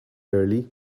early